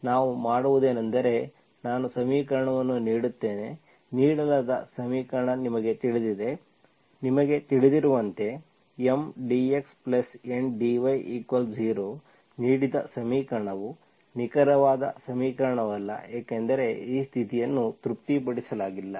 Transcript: ಆದ್ದರಿಂದ ನಾವು ಮಾಡುವುದೇನೆಂದರೆ ನಾನು ಸಮೀಕರಣವನ್ನು ನೀಡುತ್ತೇನೆ ನೀಡಲಾದ ಸಮೀಕರಣ ನಿಮಗೆ ತಿಳಿದಿದೆ ನಿಮಗೆ ತಿಳಿದಿರುವಂತೆ M dxN dy0 ನೀಡಿದ ಸಮೀಕರಣವು ನಿಖರವಾದ ಸಮೀಕರಣವಲ್ಲ ಏಕೆಂದರೆ ಈ ಸ್ಥಿತಿಯನ್ನು ತೃಪ್ತಿಪಡಿಸಲಾಗಿಲ್ಲ